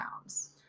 pounds